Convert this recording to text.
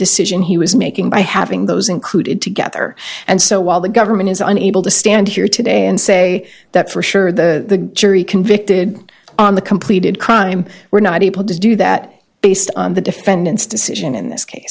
decision he was making by having those included together and so while the government is unable to stand here today and say that for sure the jury convicted on the completed crime were not able to do that based on the defendant's decision in this case